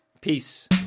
peace